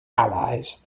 allies